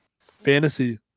fantasy